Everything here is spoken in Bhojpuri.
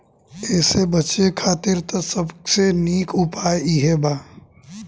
एसे बचे खातिर त सबसे निक उपाय इहे बा